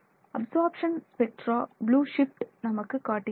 absorption spectra blue shift நமக்கு காட்டுகிறது